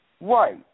Right